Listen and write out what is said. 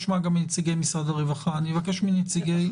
נציגת משרד הבריאות שהיא לא קיימת.